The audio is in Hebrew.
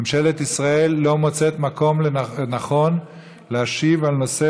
ממשלת ישראל לא מוצאת לנכון להשיב על נושא